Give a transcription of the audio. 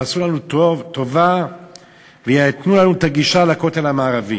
יעשו לנו טובה וייתנו לנו את הגישה לכותל המערבי.